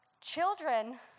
Children